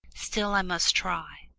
still i must try,